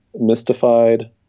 mystified